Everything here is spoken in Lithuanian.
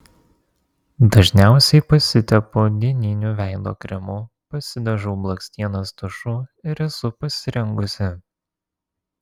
dažniausiai pasitepu dieniniu veido kremu pasidažau blakstienas tušu ir esu pasirengusi